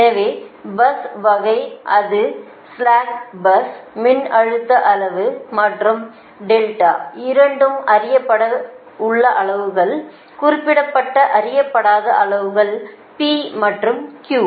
எனவே பஸ் வகை அது ஸ்லாக் பஸ் மின்னழுத்த அளவு மற்றும் இரண்டும் அறியப்பட்ட அளவுகள் குறிப்பிடப்பட்ட அறியப்படாத அளவுகள் P மற்றும் Q